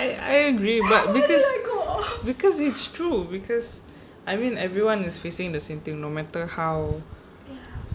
I I agree but because because it's true because I mean everyone is facing the same thing no matter how